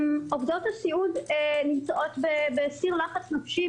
עובדות הסיעוד נמצאות בסיר לחץ נפשי,